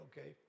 okay